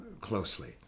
closely